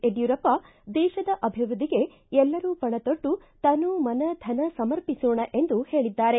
ಯಡ್ಕೂರಪ್ಪ ದೇಶದ ಅಭಿವೃದ್ಧಿಗೆ ಎಲ್ಲರೂ ಪಣ ತೊಟ್ಟು ತನು ಮನ ಧನ ಸಮರ್ಪಿಸೋಣ ಎಂದು ಹೇಳಿದ್ದಾರೆ